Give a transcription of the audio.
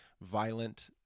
violent